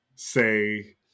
Say